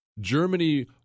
Germany